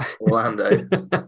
Orlando